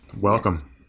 Welcome